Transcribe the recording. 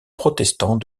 protestant